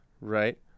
right